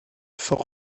fort